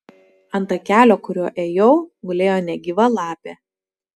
ant takelio kuriuo ėjau gulėjo negyva lapė